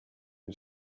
who